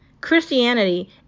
Christianity